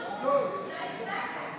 (קורא בשם חבר הכנסת)